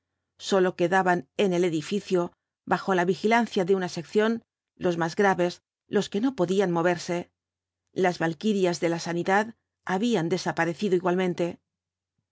sólo quedaban en el edificio bajo la vigilancia de una sección los más graves los que no podían moverse las valkirias de la sanidad habían desaparecido igualmente